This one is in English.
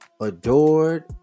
adored